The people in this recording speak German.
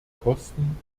kosten